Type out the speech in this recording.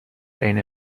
عین